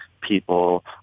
people